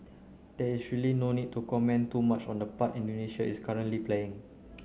there is really no need to comment too much on the part Indonesia is currently playing